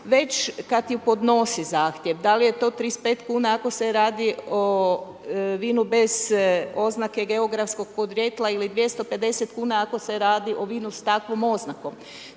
već kada podnosi zahtjev. Da li je to 35 kuna ako se radi o vinu bez oznake geografskog podrijetla ili 250 kuna ako se radi o vinu s takvom oznakom.